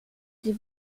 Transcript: sie